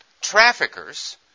traffickers